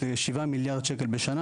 שבעה מיליארד שקל בשנה,